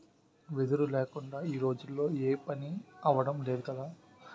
వెదురు లేకుందా ఈ రోజుల్లో ఏపనీ అవడం లేదు కదా